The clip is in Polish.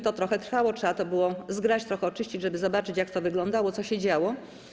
To trochę trwało, trzeba to było zgrać, trochę oczyścić, żeby zobaczyć, jak to wyglądało, co się działo.